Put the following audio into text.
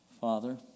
father